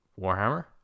Warhammer